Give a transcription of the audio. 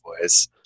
voice